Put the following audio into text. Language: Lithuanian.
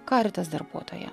karitas darbuotoja